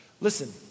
listen